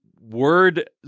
word